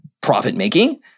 profit-making